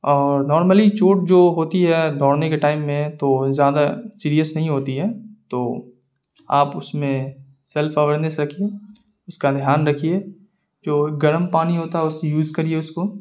اور نارملی چوٹ جو ہوتی ہے دوڑنے کے ٹائم میں تو زیادہ سیریس نہیں ہوتی ہے تو آپ اس میں سیلف اویرنس رکھیے اس کا دھیان رکھیے کہ جو گرم پانی ہوتا ہے اسے یوز کریے اس کو